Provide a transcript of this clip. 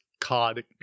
cod